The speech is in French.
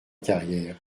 carrière